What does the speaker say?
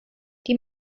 die